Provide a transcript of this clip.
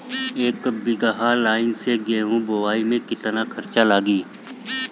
एक बीगहा लाईन से गेहूं बोआई में केतना खर्चा लागी?